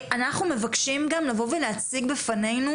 אנחנו מבקשים גם לבוא ולהציג בפנינו,